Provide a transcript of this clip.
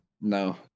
No